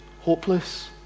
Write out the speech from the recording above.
hopeless